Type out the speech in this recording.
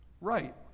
right